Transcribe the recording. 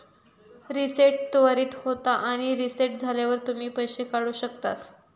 reset त्वरीत होता आणि रीसेट झाल्यावर तुम्ही पैशे काढु शकतास